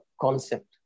concept